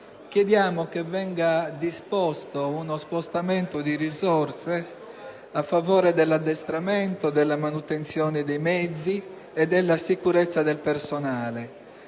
chiediamo che venga disposto uno spostamento di risorse a favore dell'addestramento, della manutenzione dei mezzi e della sicurezza del personale.